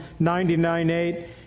99.8